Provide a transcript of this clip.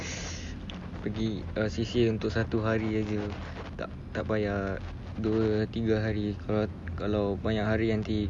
pergi err C_C_A untuk satu hari sahaja tak tak payah dua tiga hari kalau kalau banyak hari nanti